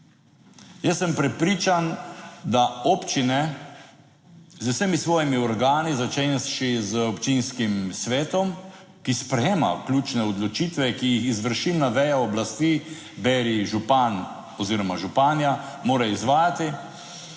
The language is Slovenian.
Jaz sem prepričan, da občine z vsemi svojimi organi, začenši z občinskim svetom, ki sprejema ključne odločitve, ki jih izvršilna veja oblasti, beri župan oziroma županja, mora izvajati,